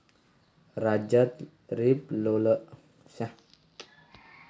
राज्यात leaf roller कीटेन कोकूनच्या उत्पादनाक प्रभावित केल्यान